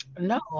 No